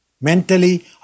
Mentally